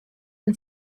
and